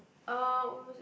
uh what was it